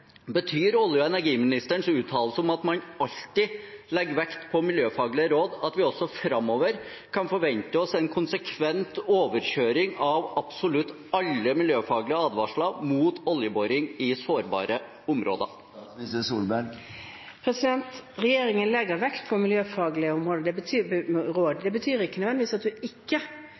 Betyr olje- og energiministerens uttalelse om at man alltid legger vekt på miljøfaglige råd, at vi også framover kan forvente oss en konsekvent overkjøring av absolutt alle miljøfaglige advarsler mot oljeboring i sårbare områder? Regjeringen legger vekt på miljøfaglige råd. Det betyr ikke nødvendigvis at man ikke har utvinning i et område, men det betyr at